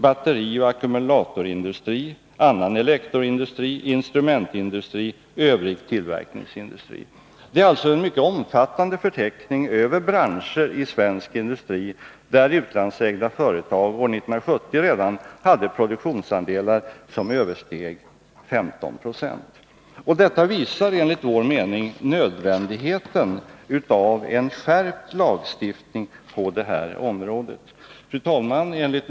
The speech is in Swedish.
Branscherna är följande: Det är alltså en omfattande förteckning över branscher i svensk industri, där utlandsägda företag redan år 1970 hade produktionsandelar som översteg 15 70. Detta visar enligt vår mening nödvändigheten av en skärpt lagstiftning på detta område.